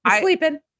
Sleeping